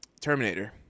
Terminator